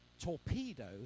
torpedo